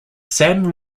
san